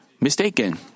mistaken